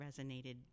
resonated